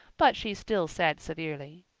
but she still said severely